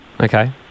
Okay